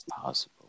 possible